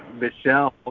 Michelle